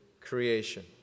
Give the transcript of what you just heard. creation